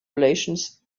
relations